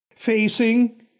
facing